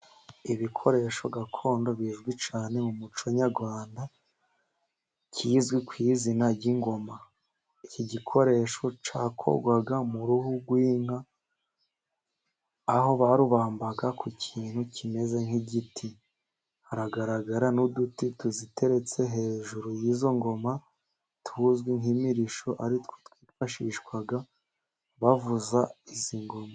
Ibikoresho gakondo bizwi cyane mu muco nyarwanda kizwi ku izina ry'ingoma, iki gikoresho cyakorwaga mu ruhu rw'inka ,aho barubambaga ku kintu kimeze nk'igiti, haragaragara n'uduti tuziteretse hejuru y'izo ngoma tuzwi nk'imirishyo, ari two twifashishwaga bavuza izi ngoma.